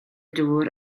dŵr